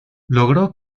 logró